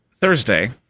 Thursday